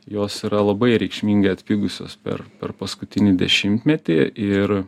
jos yra labai reikšmingai atpigusios per paskutinį dešimtmetį ir